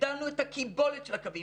הגדלנו את הקיבולת של הקווים.